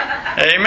Amen